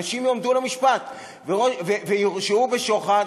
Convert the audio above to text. אנשים יועמדו למשפט ויורשעו בשוחד,